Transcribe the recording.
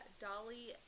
Dolly